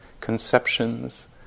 conceptions